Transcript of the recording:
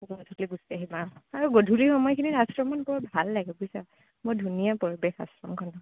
গধূলি গুচি আহিম অঁ আৰু গধূলি সময়খিনিত আশ্ৰমত গৈ ভাল লাগে বুজিছা বৰ ধুনীয়া পৰিৱেশ আশ্ৰমখন